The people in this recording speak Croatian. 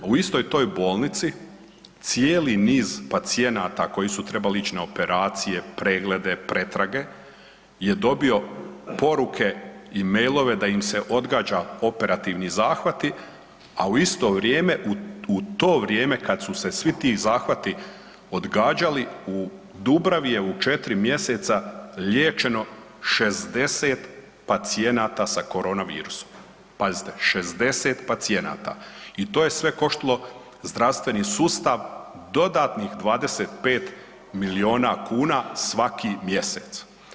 A u istoj toj bolnici cijeli niz pacijenata koji su trebali ići na operacije, preglede, pretrage je dobio poruke i mailove da im se odgađaju operativni zahvati, a u isto vrijeme u to vrijeme kada su se svi ti zahvati odgađali u Dubravi je u četiri mjeseca liječeno 60 pacijenata sa korona virusom, pazite 60 pacijenata i to je sve koštalo zdravstveni sustav dodatnih 25 milijuna kuna svaki mjesec.